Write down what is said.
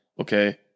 okay